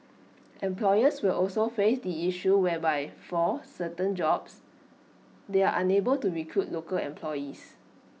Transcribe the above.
employers will also face the issue whereby for certain jobs they are unable to recruit local employees